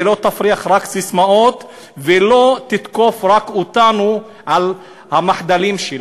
ולא רק תפריח ססמאות ולא רק תתקוף אותנו על המחדלים שלה?